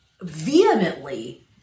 vehemently